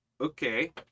Okay